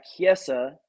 Kiesa